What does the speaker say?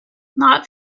not